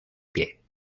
pie